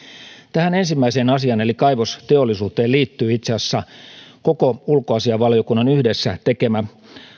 tähän ensimmäiseen asiaan eli kaivosteollisuuteen liittyy itse asiassa koko ulkoasiainvaliokunnan yhdessä tekemä